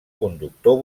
conductor